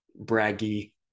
braggy